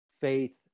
faith